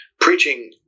preaching